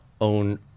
own